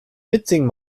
mitsingen